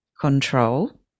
Control